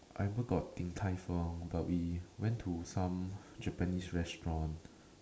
I remember got Din-Tai-Fung but we went to some japanese restaurant